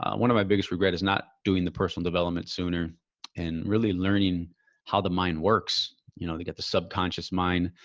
one of my biggest regret is not doing the personal development sooner and really learning how the mind works. you know, they get the subconscious mind,